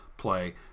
play